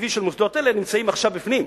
התקציבי של מוסדות אלה, נמצאים עכשיו בפנים.